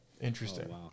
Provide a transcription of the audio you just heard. Interesting